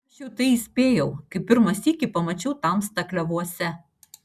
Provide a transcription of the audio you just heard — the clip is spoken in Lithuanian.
aš jau tai įspėjau kai pirmą sykį pamačiau tamstą klevuose